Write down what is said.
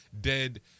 dead